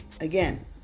Again